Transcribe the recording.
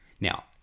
Now